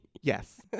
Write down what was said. Yes